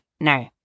no